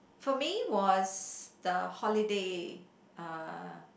for me was the holiday uh